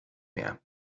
mehr